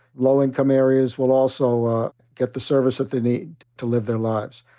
low-income areas will also get the service that they need to live their lives.